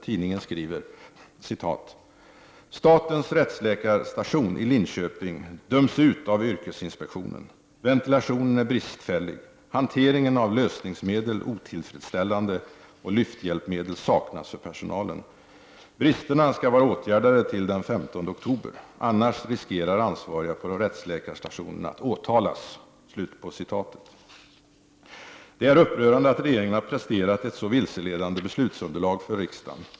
Tidningen skriver: .tilationen är bristfällig, hanteringen av lösningsmedel otillfredställande och lyfthjälpmedel saknas för personalen. Bristerna skall vara åtgärdade till den 15 oktober. Annars riskerar ansvariga på rättsläkarstationen att åtalas.” Det är upprörande att regeringen har presterat ett så vilseledande beslutsunderlag inför riksdagen.